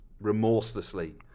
remorselessly